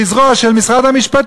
שהיא זרוע של שר המשפטים,